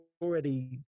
already